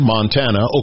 Montana